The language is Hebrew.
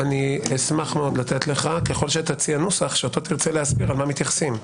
אשמח לתת לך ככל שתציע נוסח שתרצה להסביר על מה מתייחסים.